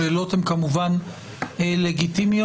השאלות הן כמובן לגיטימיות,